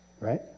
Right